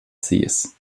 sees